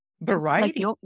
variety